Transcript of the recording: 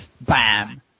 Bam